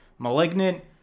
Malignant